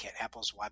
Apple's